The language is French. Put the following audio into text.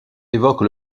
évoque